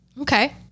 Okay